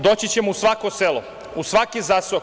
Doći ćemo u svako selo, u svaki zaseok.